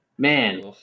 Man